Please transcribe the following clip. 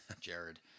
Jared